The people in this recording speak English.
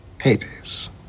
Hades